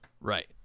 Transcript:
Right